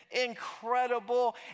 incredible